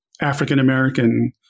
African-American